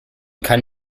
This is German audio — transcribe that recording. kann